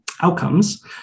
outcomes